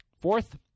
Fourth